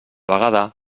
vegada